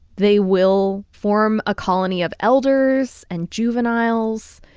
they will form a colony of elders and juveniles